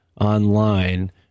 online